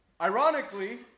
Ironically